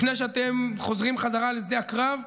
לפני שאתם חוזרים חזרה לשדה הקרב,